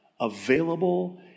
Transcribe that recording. Available